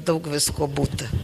daug visko būta